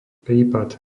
prípad